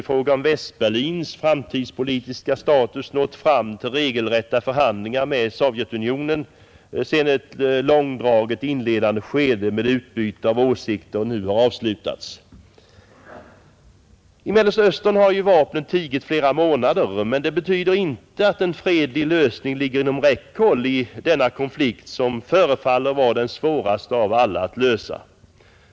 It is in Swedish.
i fråga om Västberlins framtida politiska status nått fram till regelrätta förhandlingar, sedan ett långdraget inledande skede med utbyte av åsikter nu avslutats, I Mellersta Östern har vapnen tigit flera månader, men det betyder tyvärr inte att en fredlig lösning ligger inom räckhåll i denna konflikt som förefaller vara den svåraste av alla att lösa.